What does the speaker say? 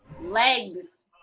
legs